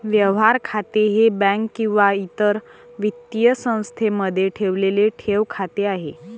व्यवहार खाते हे बँक किंवा इतर वित्तीय संस्थेमध्ये ठेवलेले ठेव खाते आहे